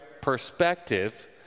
perspective